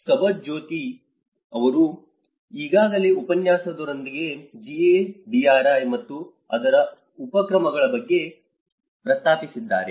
ಸುಭಜ್ಯೋತಿ ಅವರು ಈಗಾಗಲೇ ಉಪನ್ಯಾಸವೊಂದರಲ್ಲಿ GADRI ಮತ್ತು ಅದರ ಉಪಕ್ರಮಗಳ ಬಗ್ಗೆ ಪ್ರಸ್ತಾಪಿಸಿದ್ದಾರೆ